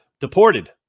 deported